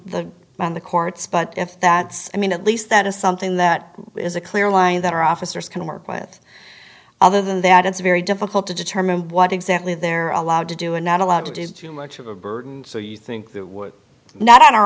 the on the courts but if that's i mean at least that is something that is a clear line that our officers can work with other than that it's very difficult to determine what exactly they're allowed to do and not allowed to do is too much of a burden so you think th